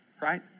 right